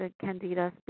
candida